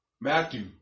Matthew